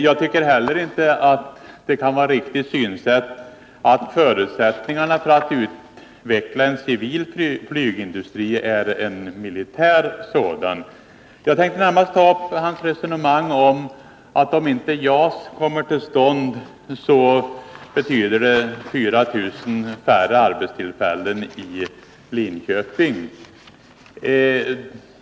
Jag tycker heller inte att det kan vara ett riktigt synsätt att hävda att förutsättningarna för att utveckla en civil flygindustri är en militär sådan. Jag tänkte närmast ta upp herr Åslings resonemang om att det betyder 4 000 färre arbetstillfällen i Linköping om inte JAS kommer till stånd.